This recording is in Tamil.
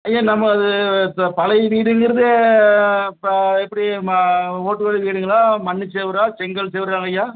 ஐயா நம்ம இது இப்போ பழைய வீடுங்கிறது இப்போ எப்படி ம ஒட்டு வீடு வீடுங்களா மண்ணு செவரா செங்கல் செவறுதாங்க ஐயா